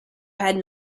had